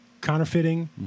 counterfeiting